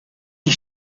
die